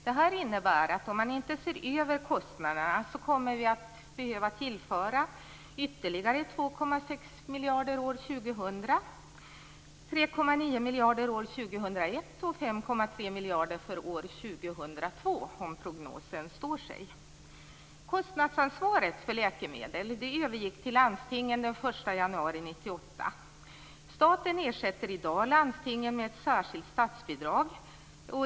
Det här innebär att om man inte ser över kostnaderna kommer vi att behöva tillföra ytterligare 2,6 miljarder år 2000, 3,9 miljarder år 2001 och 5,3 miljarder år 2002 om prognosen står sig. Kostnadsansvaret för läkemedel övergick till landstingen den 1 januari 1998. Staten ersätter i dag landstingen med ett särskilt statsbidrag.